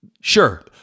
Sure